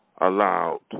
allowed